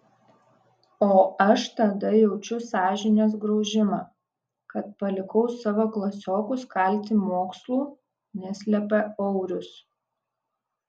o aš tada jaučiu sąžinės graužimą kad palikau savo klasiokus kalti mokslų neslepia aurius